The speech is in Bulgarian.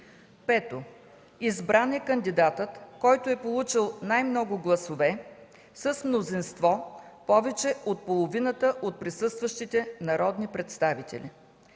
5. Избран е кандидатът, който е получил най-много гласове с мнозинство повече от половината от присъстващите народни представители.